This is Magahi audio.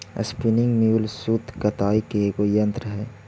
स्पीनिंग म्यूल सूत कताई के एगो यन्त्र हई